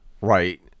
right